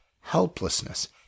helplessness